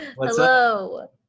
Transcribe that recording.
hello